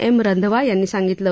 M Randhawa यांनी सांगितलं